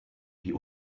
die